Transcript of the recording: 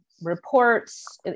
reports